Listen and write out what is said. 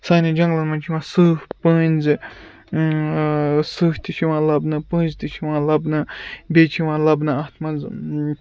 سانٮ۪ن جنٛگلَن منٛز چھِ یِوان سٕہہ پٔنٛزۍ سٕہہ تہِ چھِ یِوان لَبنہٕ پٔنٛزۍ تہِ چھِ یِوان لَبنہٕ بیٚیہِ چھِ یِوان لَبنہٕ اَتھ منٛز